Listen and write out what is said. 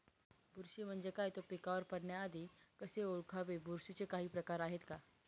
बुरशी म्हणजे काय? तो पिकावर पडण्याआधी कसे ओळखावे? बुरशीचे काही प्रकार आहेत का?